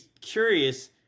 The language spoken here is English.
curious